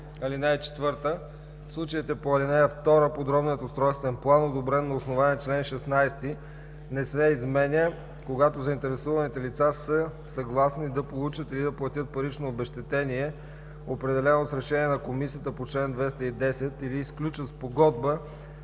(4) В случаите по ал. 2 подробният устройствен план, одобрен на основание чл. 16, не се изменя, когато заинтересуваните лица са съгласни да получат или да платят парично обезщетение, определено с решение на комисията по чл. 210 или сключат спогодба